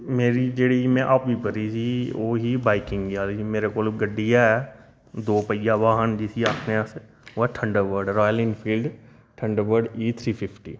मेरी जेह्ड़ी मैं हाबी भरी दी बाइकिंग जानि कि मेरे कोल गड्डी ऐ दो पहिया वाहन जिसी आखने आं अस ओह् ऐ Thunderbird Royal Enfield Thunderbird ई थ्री फिफ्टी